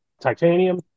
titanium